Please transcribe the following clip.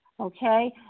okay